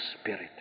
Spirit